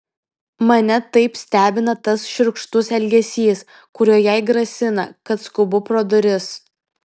mane taip stebina tas šiurkštus elgesys kuriuo jai grasina kad skubu pro duris